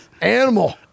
Animal